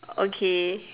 okay